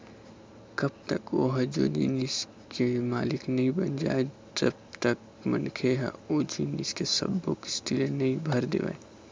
कब तक ओहा ओ जिनिस के मालिक नइ बन जाय जब तक मनखे ह ओ जिनिस के सब्बो किस्ती ल नइ भर देवय